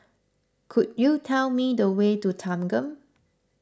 could you tell me the way to Thanggam